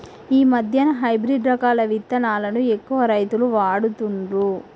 ఈ మధ్యన హైబ్రిడ్ రకాల విత్తనాలను ఎక్కువ రైతులు వాడుతుండ్లు